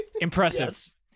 Impressive